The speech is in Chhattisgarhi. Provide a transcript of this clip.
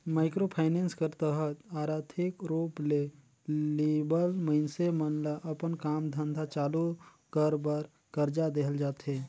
माइक्रो फाइनेंस कर तहत आरथिक रूप ले लिबल मइनसे मन ल अपन काम धंधा चालू कर बर करजा देहल जाथे